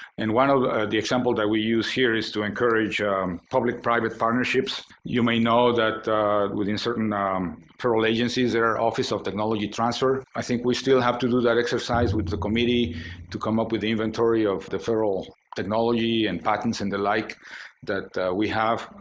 and one of the example that we used here is to encourage public-private partnerships. you may know that within certain federal agencies, there are office of technology transfer, i think we still have to do that exercise with the committee to come up with inventory of the federal technology and patents and the like that we have.